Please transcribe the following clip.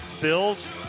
bills